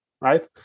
right